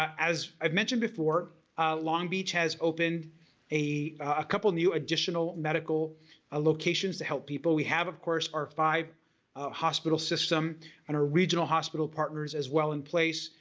as i've mentioned before long beach has opened a ah couple new additional medical ah locations to help people. we have of course our five hospital system and our regional hospital partners as well in place.